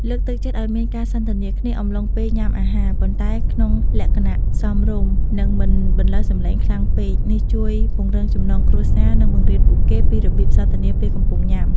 លើកទឹកចិត្តឲ្យមានការសន្ទនាគ្នាអំឡុងពេលញ៉ាំអាហារ ប៉ុន្តែក្នុងលក្ខណៈសមរម្យ និងមិនបន្លឺសំឡេងខ្លាំងពេក នេះជួយពង្រឹងចំណងគ្រួសារ និងបង្រៀនពួកគេពីរបៀបសន្ទនាពេលកំពុងញ៉ាំ។